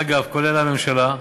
אגב, כולל הממשלה,